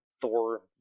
Thor